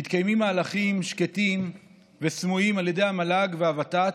מתקיימים מהלכים שקטים וסמויים על ידי המל"ג והוות"ת,